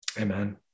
amen